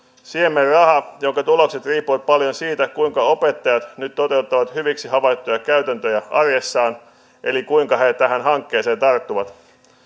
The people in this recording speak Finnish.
siemenraha jonka tulokset riippuvat paljon siitä kuinka opettajat nyt toteuttavat hyviksi havaittuja käytäntöjä arjessaan eli kuinka he tähän hankkeeseen tarttuvat